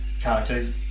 character